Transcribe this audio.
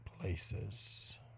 places